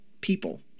people